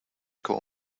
call